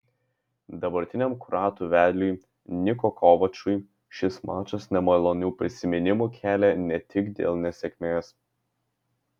dabartiniam kroatų vedliui niko kovačui šis mačas nemalonių prisiminimų kelia ne tik dėl nesėkmės